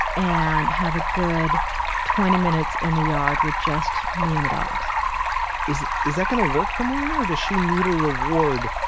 and have a good twenty minutes in the yard with just me and the dogs is is that going to work for marie or does she need a reward?